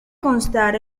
constar